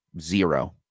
zero